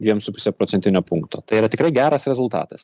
dviem su puse procentinio punkto tai yra tikrai geras rezultatas